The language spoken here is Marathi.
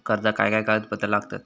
कर्जाक काय काय कागदपत्रा लागतत?